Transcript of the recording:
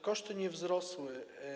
Koszty nie wzrosły.